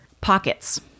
pockets